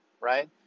right